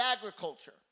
agriculture